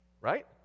right